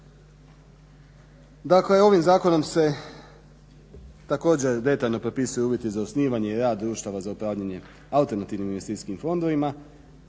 Dakle ovim zakonom se također detaljno propisuju uvjeti za osnivanje i rad društava za upravljanje alternativnim investicijskim fondovima,